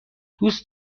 دوست